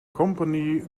company